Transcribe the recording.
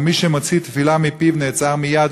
ומי שמוציא תפילה מפיו נעצר מייד,